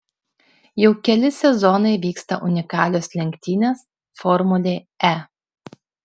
jau keli sezonai vyksta unikalios lenktynės formulė e